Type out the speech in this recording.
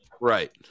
Right